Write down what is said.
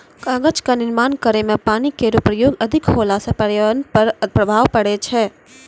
कागज क निर्माण करै म पानी केरो प्रयोग अधिक होला सँ पर्यावरण पर प्रभाव पड़ै छै